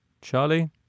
Charlie